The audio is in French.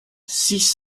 six